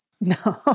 No